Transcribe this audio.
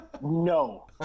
No